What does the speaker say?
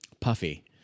Puffy